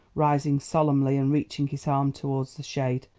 rising solemnly and reaching his arm towards the shade.